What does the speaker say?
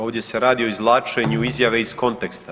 Ovdje se radi o izvlačenju izjave iz konteksta.